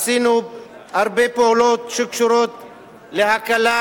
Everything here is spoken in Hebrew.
עשינו הרבה פעולות שקשורות להקלה,